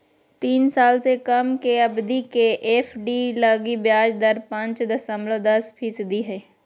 तीन साल से कम के अवधि के एफ.डी लगी ब्याज दर पांच दशमलब दस फीसदी हइ